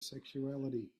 sexuality